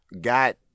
got